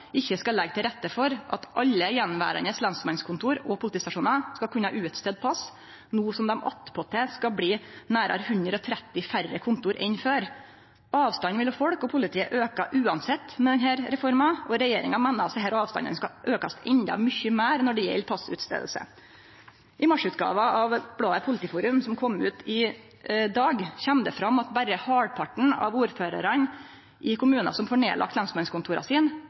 ikkje skal leggje til rette for at alle gjenverande lensmannskontor og politistasjonar skal kunne skrive ut pass no som det attpåtil skal bli nærare 130 færre kontor enn før. Avstanden mellom folk og politiet aukar uansett med denne reforma, og regjeringa meiner avstanden skal aukast endå mykje meir når det gjeld utskriving av pass. I marsutgåva av bladet Politiforum, som kom ut i dag, kjem det fram at berre halvparten av ordførarane i kommunar som får nedlagt lensmannskontora